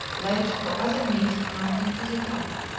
ledge, or other means of mounting to the top.